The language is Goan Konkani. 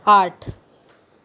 आठ